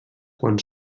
quan